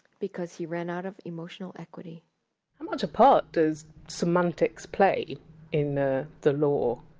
because he ran out of emotional equity how much a part does semantics play in the the law?